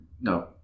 No